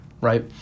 right